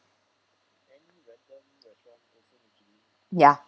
ya